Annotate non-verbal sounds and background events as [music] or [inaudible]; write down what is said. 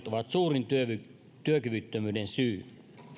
[unintelligible] ovat suurin työkyvyttömyyden syy